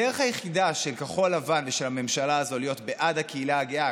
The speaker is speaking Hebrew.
הדרך היחידה של כחול לבן ושל הממשלה הזאת להיות בעד הקהילה הגאה,